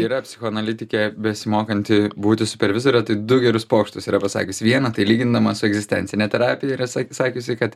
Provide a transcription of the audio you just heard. yra psichoanalitikė besimokanti būti supervizore tai du gerus pokštus yra pasakius vieną tai lygindamas su egzistencine terapija ir esą sakiusi kad